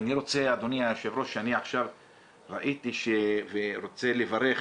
אדוני היושב ראש, אני ראיתי ואני רוצה לברך